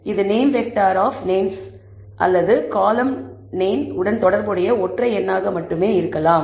இது name vector of names அல்லது column name உடன் தொடர்புடைய ஒற்றை எண்ணாக மட்டுமே இருக்கலாம்